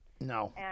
No